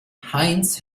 heinz